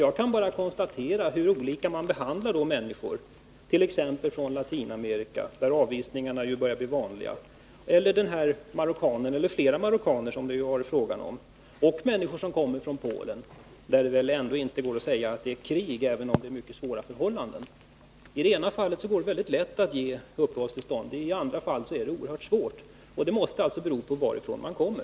Jag kan bara konstatera hur olika man behandlar människor från t.ex. Latinamerika, där avvisningar börjar bli vanliga. Och jag kan peka på den här marockanen — och flera marockaner, som det varit fråga om — samt människor som kommer från Polen, där det ändå inte går att säga att det är krig, även om det är mycket svåra förhållanden. I vissa fall går det mycket lätt att få uppehållstillstånd. I andra fall är det oerhört svårt. Och det beror tydligen på varifrån man kommer.